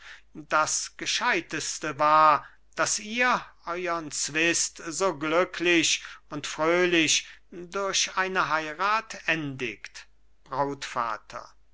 das gescheitste war daß ihr euern zwist so glücklich und fröhlich durch eine heirat endigt brautvater